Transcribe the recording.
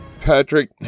Patrick